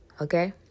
Okay